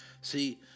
See